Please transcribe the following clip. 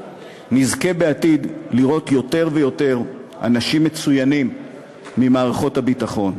נזכה בעתיד לראות יותר ויותר אנשים מצוינים ממערכות הביטחון.